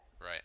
Right